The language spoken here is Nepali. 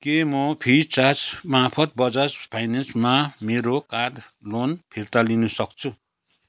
के म फ्रिचार्ज मार्फत बजाज फाइनेन्समा मेरो कार लोन फिर्ता तिर्न सक्छु